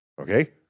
Okay